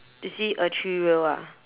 you see a three wheel ah